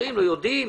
לא יודעים?